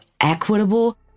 equitable